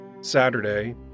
Saturday